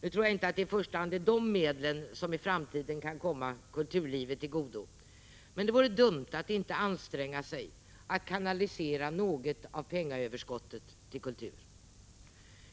Nu tror jag inte att det i första hand är de medlen som i framtiden kan komma kulturlivet till godo, men det vore dumt att inte anstränga sig att kanalisera något av pengaöverskottet till kultur.